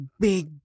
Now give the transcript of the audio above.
big